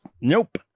nope